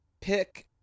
pick